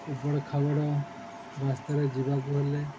ଆବଡ଼ା ଖାବଡ଼ା ରାସ୍ତାରେ ଯିବାକୁ ହେଲେ